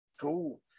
Cool